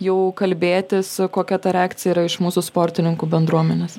jau kalbėtis kokia ta reakcija yra iš mūsų sportininkų bendruomenės